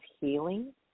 healing